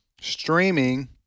Streaming